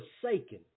forsaken